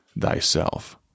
thyself